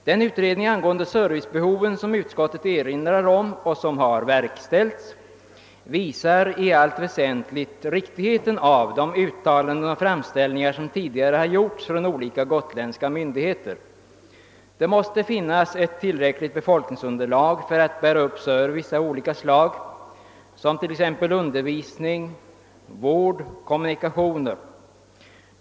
Den utredning angående servicebehoven som utskottet erinrar om och som har verkställts visar i allt väsentligt riktigheten av de uttalanden och framställningar, som tidigare gjorts från olika gotländska myndigheter. Det måste finnas ett tillräckligt befolkningsunderlag för att bära upp service av olika slag, såsom t.ex. undervisning, vård och kommunikationer.